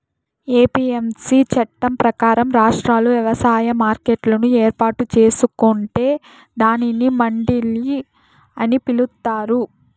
APMC చట్టం ప్రకారం, రాష్ట్రాలు వ్యవసాయ మార్కెట్లను ఏర్పాటు చేసుకొంటే దానిని మండిలు అని పిలుత్తారు